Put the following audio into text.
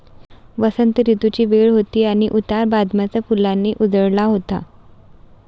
वसंत ऋतूची वेळ होती आणि उतार बदामाच्या फुलांनी उजळला होता